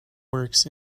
works